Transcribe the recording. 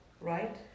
right